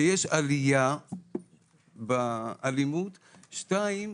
שיש עליה באלימות; שתיים,